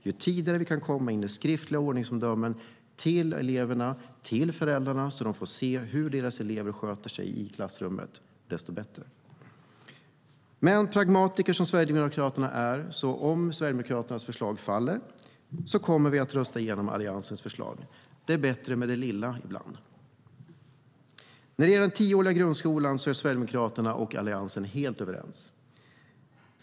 Ju tidigare man kan komma in med skriftliga ordningsomdömen till eleverna och till föräldrarna så att de får se hur deras barn sköter sig i klassrummet, desto bättre. Men som de pragmatiker Sverigedemokraterna är kommer vi, om vårt förslag faller, att rösta på Alliansens förslag. Det är bättre med det lilla ibland. När det gäller den tioåriga grundskolan är Sverigedemokraterna och Alliansen helt överens.